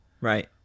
Right